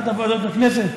באחת הוועדות בכנסת.